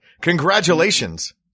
Congratulations